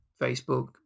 Facebook